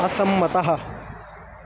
असम्मतः